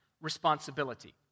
responsibility